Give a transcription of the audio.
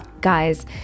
Guys